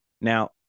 Now